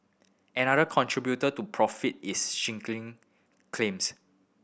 another contributor to profit is shrinking claims